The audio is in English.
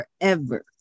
forever